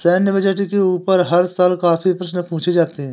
सैन्य बजट के ऊपर हर साल काफी प्रश्न पूछे जाते हैं